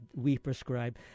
WePrescribe